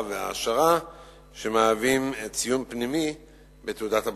והעשרה עם ציון פנימי בתעודת הבגרות.